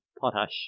potash